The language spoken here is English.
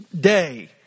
day